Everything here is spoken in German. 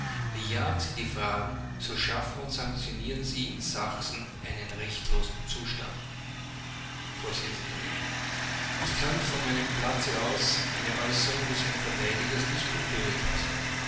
bejahen sie die fragen so schaffen und sanktionieren sie in sachsen einen rechtlosen zustand vors ich kann von meinem platze aus eine äußerung des herrn verteidigers nicht unberührt lassen